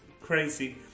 crazy